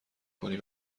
کنی